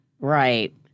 Right